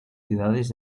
ciudades